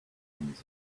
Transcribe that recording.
comes